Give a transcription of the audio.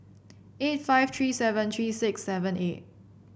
eight five three seven three six seven eight